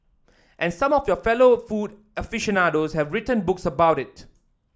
and some of your fellow food aficionados have written books about it